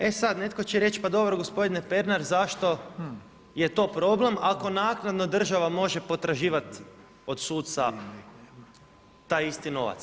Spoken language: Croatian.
E, sad, netko će reći pa dobro gospodine Pernar, zašto je to problem, ako naknadno država može potraživati od suca taj isti novac.